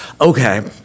okay